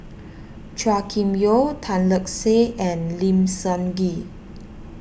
Chua Kim Yeow Tan Lark Sye and Lim Sun Gee